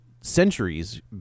centuries